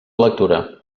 lectura